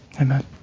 Amen